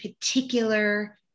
particular